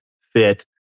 fit